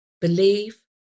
Believe